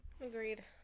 Agreed